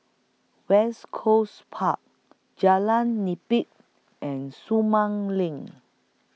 West Coast Park Jalan Nipah and Sumang LINK